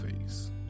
face